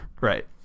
right